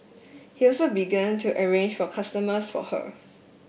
he also began to arrange for customers for her